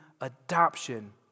adoption